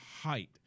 height